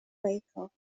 vehicle